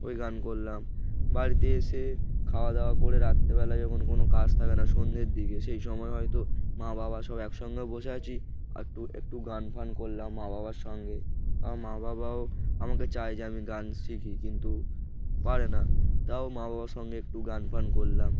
ওই গান করলাম বাড়িতে এসে খাওয়া দাওয়া করে রাত্রেবেলায় যখন কোনো কাজ থাকে না সন্ধ্যের দিকে সেই সময় হয়তো মা বাবা সব একসঙ্গে বসে আছি আরটু একটু গান ফান করলাম মা বাবার সঙ্গে আর মা বাবাও আমাকে চায় যে আমি গান শিখি কিন্তু পারে না তাও মা বাবার সঙ্গে একটু গান ফান করলাম